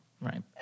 Right